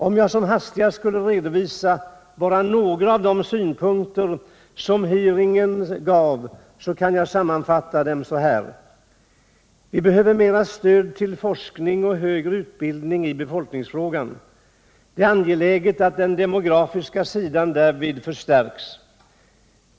Om jag som hastigast skulle redovisa bara några av de synpunkter som hearingen gav kan jag sammanfatta dem så här: Vi behöver mera stöd till forskning och högre utbildning i befolkningsfrågan. Det är angeläget att den demografiska sidan härvidlag förstärks.